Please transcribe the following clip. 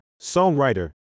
songwriter